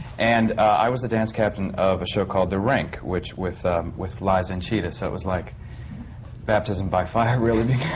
and i was the dance captain of a show called the rink, with with liza and chita, so it was like baptism by fire, really